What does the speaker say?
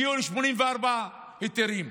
הגיעו ל-84 היתרים.